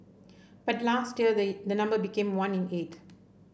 but last year the the number became one in eight